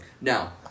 Now